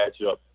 matchup